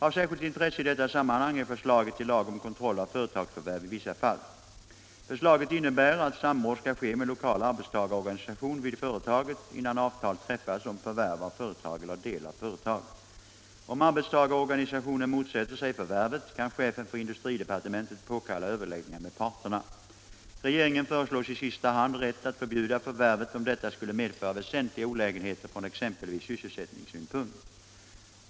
Av särskilt intresse i detta sammanhang är förslaget till lag om kontroll av företagsförvärv i vissa fall. Förslaget innebär att samråd skall ske med lokal arbetstagarorganisation vid företaget innan avtal träffas om förvärv av företag eller del av företag. Om arbetstagarorganisationen motsätter sig förvärvet kan chefen för industridepartementet påkalla överläggningar med parterna. Regeringen föreslås i sista hand rätt att förbjuda förvärvet om detta skulle medföra väsentliga olägenheter från exempelvis sysselsättningssynpunkt.